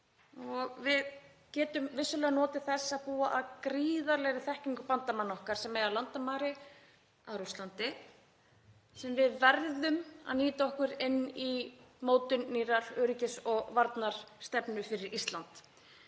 Við getum vissulega notið þess að búa að gríðarlegri þekkingu bandamanna okkar sem eiga landamæri að Rússlandi sem við verðum að nýta okkur inn í mótun nýrrar öryggis- og varnarstefnu fyrir Ísland.